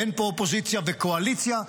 אין פה אופוזיציה וקואליציה.